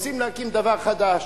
רוצים להקים דבר חדש.